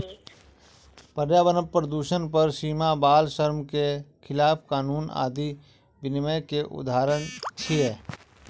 पर्यावरण प्रदूषण पर सीमा, बाल श्रम के खिलाफ कानून आदि विनियम के उदाहरण छियै